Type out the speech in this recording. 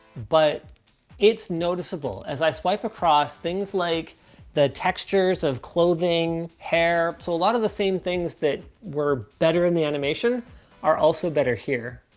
but it's noticeable. as i swipe across things like the textures of clothing, hair. so a lot of the same things that were better in the animation are also better here.